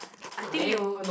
I think you